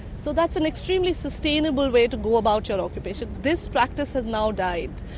so that's an extremely sustainable way to go about your occupation. this practice has now died,